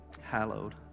hallowed